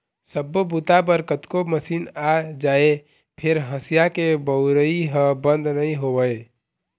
सब्बो बूता बर कतको मसीन आ जाए फेर हँसिया के बउरइ ह बंद नइ होवय